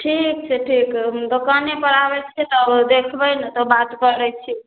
ठीक छै ठीक हम दोकानेपर आबै छियै तऽ ओ देखबै ने तऽ बात करै छी